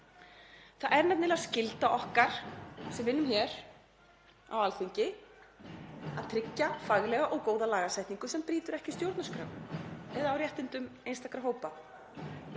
Það er nefnilega skylda okkar sem vinnum hér á Alþingi að tryggja faglega og góða lagasetningu sem brýtur ekki stjórnarskrá eða á réttindum einstakra hópa.